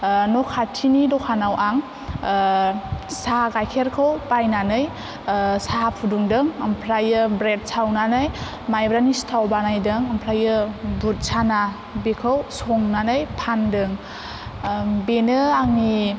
न'खाथिनि दखानाव आं सा गाइखेरखौ बायनानै साहा फुदुंदों ओमफ्रायो ब्रेद सावनानै माइब्रानि सिथाव बानायदों ओमफ्रायो बुद साना बिखौ संनानै फान्दों बेनो आंनि